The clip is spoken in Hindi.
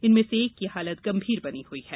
इनमें से एक की हालत गंभीर बनी हुई है